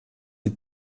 die